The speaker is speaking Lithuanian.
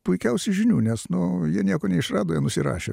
puikiausiai žinių nes nu jie nieko neišrado jie nusirašė